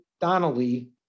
Donnelly